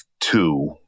two